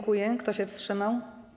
Kto się wstrzymał?